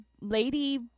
lady